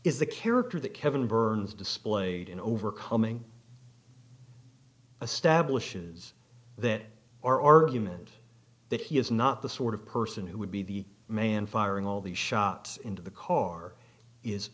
the character that kevin burns displayed in overcoming a stablish is that our argument that he is not the sort of person who would be the man firing all the shots into the car is